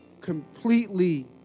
completely